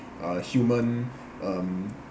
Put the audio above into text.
uh human um